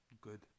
good